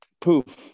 poof